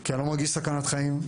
כי אני לא מרגיש סכנת חיים.